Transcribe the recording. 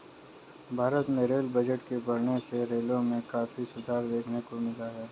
भारत में rail budget के बढ़ने से रेलों में काफी सुधार देखने को मिला है